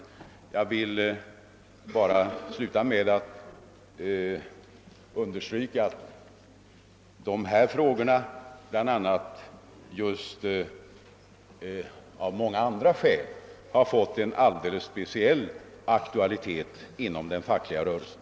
Jag vill till sist bara understryka att bl.a. dessa frågor av många andra skäl fått en alldeles speciell aktualitet inom den fackliga rörelsen.